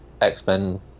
X-Men